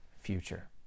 future